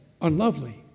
Unlovely